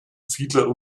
fiedler